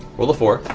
rolled a four.